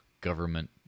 government